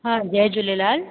हा जय झूलेलाल